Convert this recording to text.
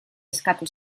eskatuko